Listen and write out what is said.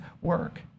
work